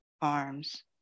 farms